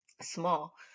small